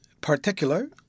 particular